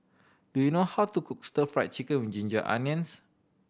do you know how to cook Stir Fry Chicken with ginger onions